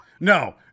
No